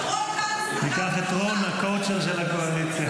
רון כץ --- ניקח את רון הקואוצ'ר של הקואליציה.